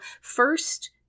first